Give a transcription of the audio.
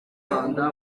rwanda